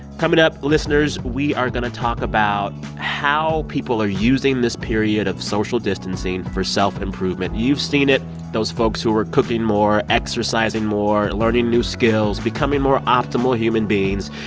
coming up, listeners, we are going to talk about how people are using this period of social distancing for self-improvement. you've seen it those folks who are cooking more, exercising more, learning new skills, becoming more optimal human beings.